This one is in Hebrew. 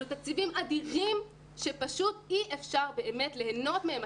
אלה תקציבים אדירים שפשוט אי אפשר באמת ליהנות מהם.